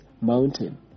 mountain